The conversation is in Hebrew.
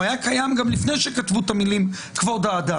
הוא היה קיים גם לפני שכתבו את המילים "כבוד האדם".